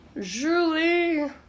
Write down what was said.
Julie